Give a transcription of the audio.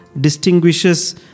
distinguishes